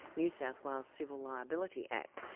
new south wales civil liability act.